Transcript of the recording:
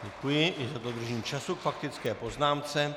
Děkuji i za dodržení času k faktické poznámce.